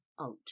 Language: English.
out